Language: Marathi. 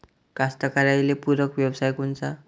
कास्तकाराइले पूरक व्यवसाय कोनचा?